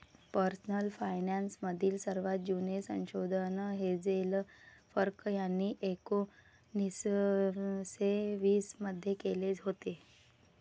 personal finance मधील सर्वात जुने संशोधन हेझेल कर्क यांनी एकोन्निस्से वीस मध्ये केले होते